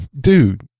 dude